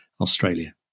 Australia